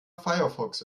firefox